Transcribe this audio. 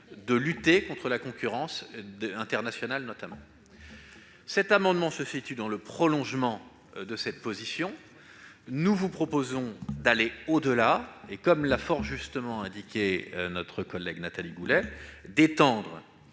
pérenne contre la concurrence internationale. Cet amendement se situe dans le prolongement de cette position : nous vous proposons d'aller au-delà et, comme l'a fort justement indiqué notre collègue Nathalie Goulet, d'intégrer